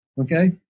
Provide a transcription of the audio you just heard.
okay